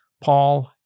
Paul